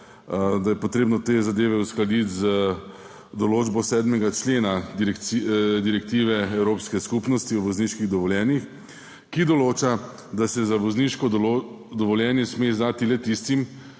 dovoljenja treba te zadeve uskladiti z določbo 7. člena direktive evropske skupnosti o vozniških dovoljenjih, ki določa, da se sme vozniško dovoljenje izdati le tistim